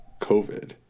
COVID